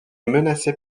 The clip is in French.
menacé